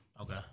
Okay